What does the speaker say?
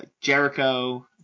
Jericho